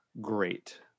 great